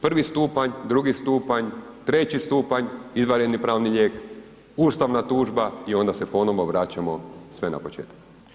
Prvi stupanj, drugi stupanj, treći stupanj, izvanredni pravni lijek, ustavna tužba i onda se ponovno vraćamo sve na početak.